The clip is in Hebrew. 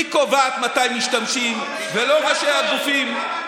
היא קובעת מתי משתמשים, ולא ראשי הגופים.